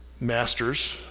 masters